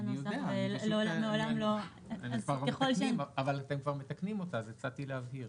אבל אתם כבר מתקנים אותה, אז הצעתי להבהיר.